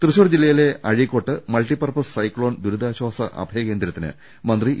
തൃശൂർ ജില്ലയിലെ അഴീക്കോട്ട് multi purpose cyclone ദുരി താശ്വാസ അഭയകേന്ദ്രത്തിന് മന്ത്രി ഇ